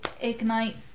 ignite